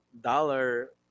dollar